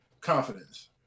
confidence